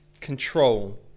Control